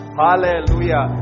hallelujah